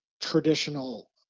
traditional